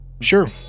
Sure